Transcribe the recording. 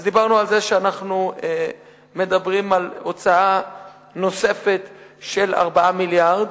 אז דיברנו על זה שאנחנו מדברים על הוצאה נוספת של 4 מיליארד.